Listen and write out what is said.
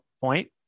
point